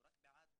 הוא רק בעד